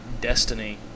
Destiny